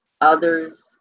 others